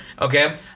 Okay